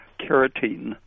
carotene